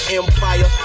empire